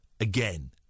again